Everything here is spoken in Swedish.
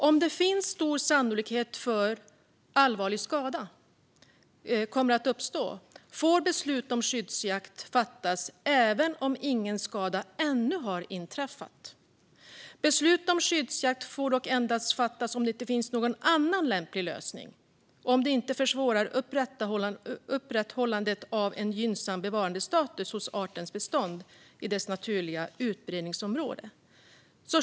Om det finns stor sannolikhet för att allvarlig skada kommer att uppstå får beslut om skyddsjakt fattas även om ingen skada ännu har inträffat. Beslut om skyddsjakt får dock endast fattas om det inte finns någon annan lämplig lösning och om det inte försvårar upprätthållandet av en gynnsam bevarandestatus hos artens bestånd i dess naturliga utbredningsområde.